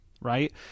right